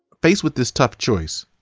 faced with this tough choice,